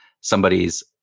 somebody's